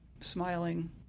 smiling